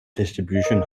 distribution